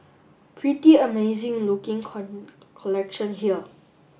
pretty amazing looking collection here